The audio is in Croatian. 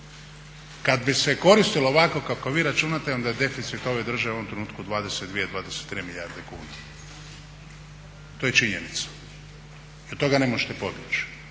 kad bi se koristilo ovako kako vi računate onda je deficit ove države u ovom trenutku 22, 23 milijarde kuna to je činjenica i od toga ne možete pobjeći.